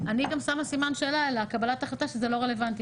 אני גם שמה סימן שאלה על קבלת ההחלטה שזה לא רלוונטי.